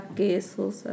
quesos